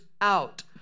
out